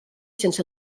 sense